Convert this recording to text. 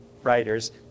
Writers